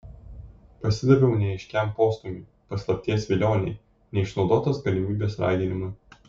pasidaviau neaiškiam postūmiui paslapties vilionei neišnaudotos galimybės raginimui